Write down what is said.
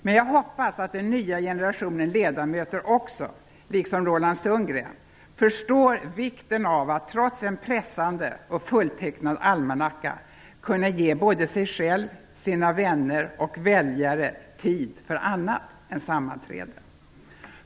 Men jag hoppas att den nya generationen ledamöter också -- liksom Roland Sundgren -- förstår vikten av att, trots en pressande och fulltecknad almanacka, kunna ge både sig själv, sina vänner och väljare tid för annat än sammanträden.